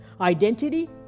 Identity